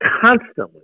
constantly